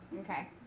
Okay